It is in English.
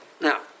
now